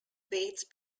waits